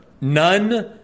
None